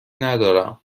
ندارم